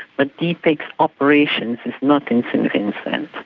but depix operations is not in st vincent.